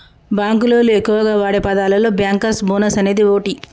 బాంకులోళ్లు ఎక్కువగా వాడే పదాలలో బ్యాంకర్స్ బోనస్ అనేది ఓటి